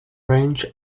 range